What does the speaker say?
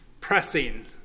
pressing